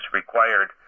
required